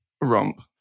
romp